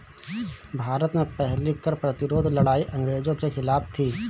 भारत में पहली कर प्रतिरोध लड़ाई अंग्रेजों के खिलाफ थी